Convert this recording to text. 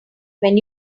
when